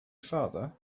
farther